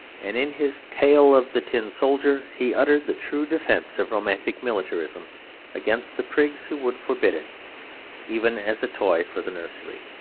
and in his tale of the tin soldier he uttered the true defence of romantic militarism against the prigs who would forbid it even as a toy for the nursery.